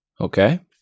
okay